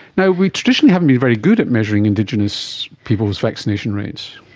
now, we traditionally haven't been very good at measuring indigenous people's vaccination rates.